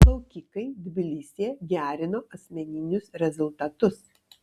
plaukikai tbilisyje gerino asmeninius rezultatus